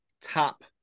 top